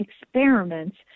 experiments